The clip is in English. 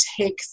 take